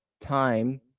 time